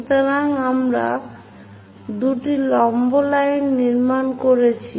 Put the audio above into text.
সুতরাং আমরা দুটি লম্ব লাইন নির্মাণ করেছি